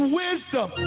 wisdom